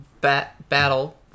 battle